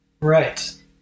Right